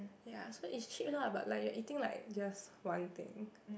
ya so is cheap lah but like you're eating like just one thing